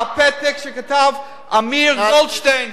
הפתק שכתב אמיר גולדשטיין,